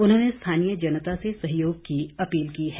उन्होंने स्थानीय जनता से सहयोग की अपील की है